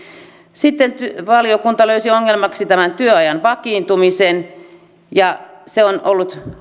sitten valiokunta löysi ongelmaksi tämän työajan vakiintumisen se on ollut